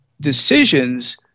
decisions